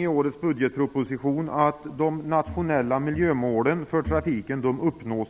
i årets budgetproposition fått redovisat att de nationella miljömålen för trafiken inte uppnås.